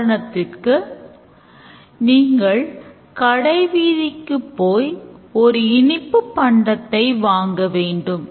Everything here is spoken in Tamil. உதாரணத்திற்கு நீங்கள் கடைவீதிக்குப் போய் ஒரு இனிப்புப் பண்டத்தை வாங்கவேண்டும்